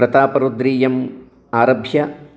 प्रतापरुद्रीयम् आरभ्य